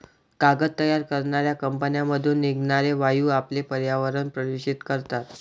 कागद तयार करणाऱ्या कंपन्यांमधून निघणारे वायू आपले पर्यावरण प्रदूषित करतात